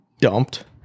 dumped